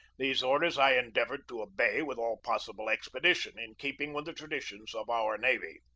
these orders i endeavored to obey with all possible expedition, in keeping with the traditions of our navy.